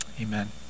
amen